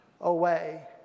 away